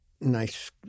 nice